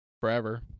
forever